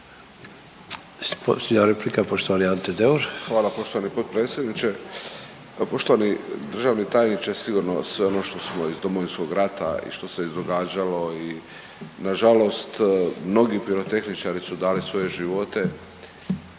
Hvala poštovani potpredsjedniče. Pa poštovani državni tajniče sigurno sve ono što smo iz Domovinskog rata i što se izdogađalo i nažalost mnogi pirotehničari su dali svoje živote,